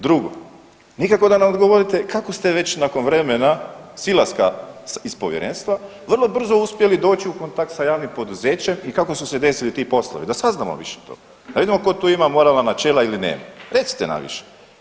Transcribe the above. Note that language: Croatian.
Drugo, nikako da nam odgovorite kako ste već nakon vremena silaska iz povjerenstva vrlo brzo uspjeli doći u kontakt sa javnim poduzećem i kako su se desili ti poslovi, da saznamo više to, da vidimo tko tu ima moralna načela ili nema, recite nam više.